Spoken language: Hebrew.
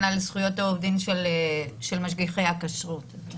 על זכויות העובדים של משגיחי הכשרות.